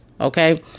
okay